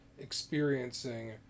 experiencing